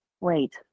wait